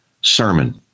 sermon